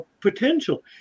Potential